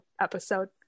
episode